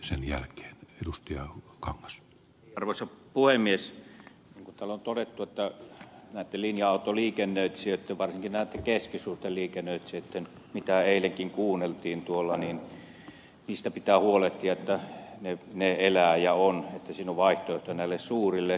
niin kuin täällä on todettu näistä linja autoliikennöitsijöistä varsinkin näistä keskisuurista liikennöitsijöistä mitä eilenkin tuolla kuunneltiin pitää huolehtia että ne elävät ja ovat että on vaihtoehto näille suurille